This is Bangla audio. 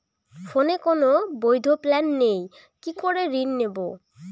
ফোনে কোন বৈধ প্ল্যান নেই কি করে ঋণ নেব?